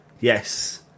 Yes